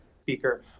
speaker